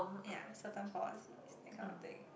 ya certain policies that kind of thing